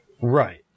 Right